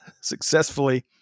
successfully